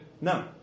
no